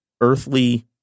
earthly